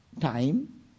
time